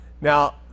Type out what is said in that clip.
Now